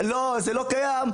לא זה לא קיים,